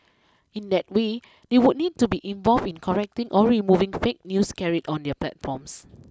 in that way they would need to be involved in correcting or removing fake news carried on their platforms